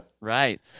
Right